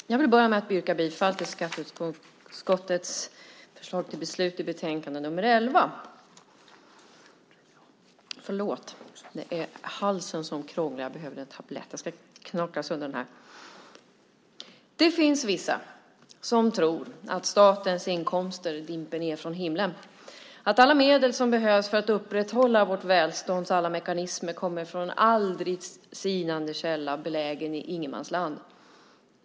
Herr talman! Jag börjar med att yrka bifall till skatteutskottets förslag till beslut i betänkande 11. Det finns vissa som tror att statens inkomster dimper ned från himlen och att alla medel som behövs för att upprätthålla vårt välstånds alla mekanismer kommer från en aldrig sinande källa belägen i ingenmansland.